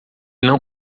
não